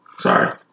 Sorry